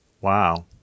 Wow